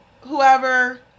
Whoever